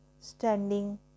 standing